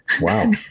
Wow